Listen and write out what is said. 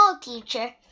teacher